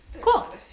Cool